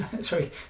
Sorry